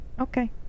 Okay